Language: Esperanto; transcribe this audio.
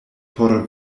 por